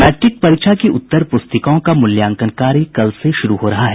matric परीक्षा की उत्तर प्रस्तिकाओं का मूल्यांकन कार्य कल से शुरू हो रहा है